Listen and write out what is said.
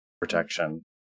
protection